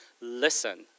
listen